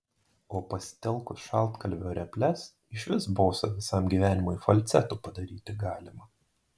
o pasitelkus šaltkalvio reples išvis bosą visam gyvenimui falcetu padaryti galima